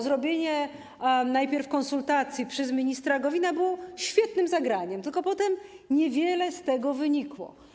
Zrobienie najpierw konsultacji przez ministra Gowina było świetnym zagraniem, tylko potem niewiele z tego wynikło.